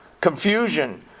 confusion